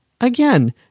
Again